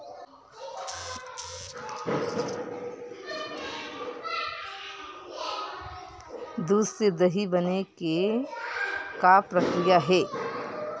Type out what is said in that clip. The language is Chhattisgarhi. दूध से दही बने के का प्रक्रिया हे?